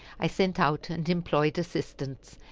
i sent out and employed assistants,